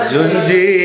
Junji